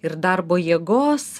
ir darbo jėgos